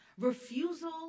Refusal